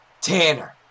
Tanner